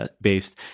based